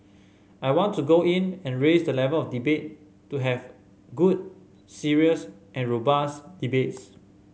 I want to go in and raise the level of debate to have good serious and robust debates